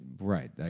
Right